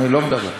אני לא מדבר.